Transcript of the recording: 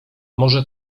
może